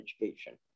education